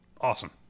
awesome